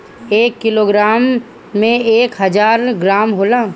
एक किलोग्राम में एक हजार ग्राम होला